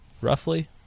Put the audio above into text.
roughly